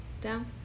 down